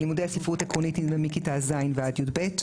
לימודי הספרות עקרונית הם מכיתה ז' ועד י"ב.